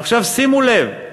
עכשיו שימו לב,